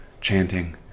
chanting